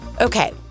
Okay